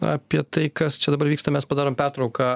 apie tai kas čia dabar vyksta mes